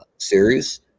series